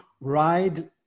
ride